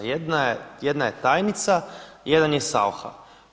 Jedna je tajnica, jedan je Saucha.